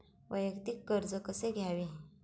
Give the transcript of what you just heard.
वैयक्तिक कर्ज कसे घ्यावे?